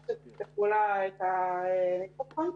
קצת חוזרת לתחילת הדיון היא לדוח המבקר.